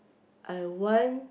I want